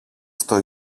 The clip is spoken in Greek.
στο